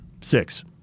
Six